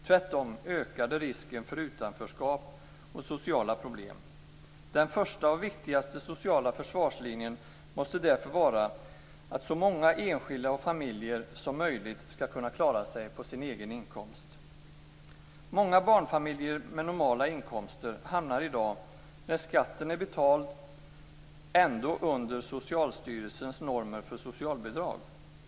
Tvärtom ökar det risken för utanförskap och sociala problem. Den första och viktigaste sociala försvarslinjen måste därför vara att så många enskilda och familjer som möjligt skall kunna klara sig på sin egen inkomst. Många barnfamiljer med normala inkomster hamnar i dag, när skatten är betald, under Socialstyrelsens normer för socialbidrag.